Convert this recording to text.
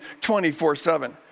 24-7